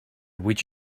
which